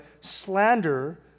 slander